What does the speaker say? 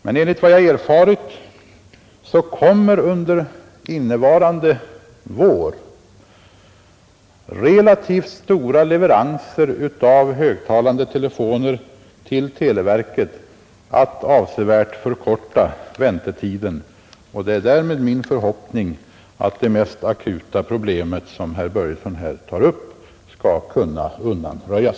Men enligt vad jag erfarit kommer under innevarande vår relativt stora leveranser av högtalande telefoner till televerket att avsevärt förkorta väntetiden. Det är därmed min förhoppning att det mest akuta problem som herr Börjesson har tagit upp skall kunna undanröjas.